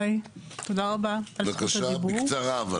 היי, תודה רבה על זכות הדיבור.